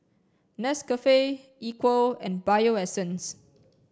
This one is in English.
Nescafe Equal and Bio Essence